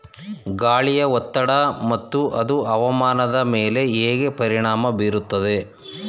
ಗಾಳಿಯ ಒತ್ತಡ ಮತ್ತು ಅದು ಹವಾಮಾನದ ಮೇಲೆ ಹೇಗೆ ಪರಿಣಾಮ ಬೀರುತ್ತದೆ?